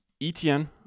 etn